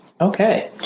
Okay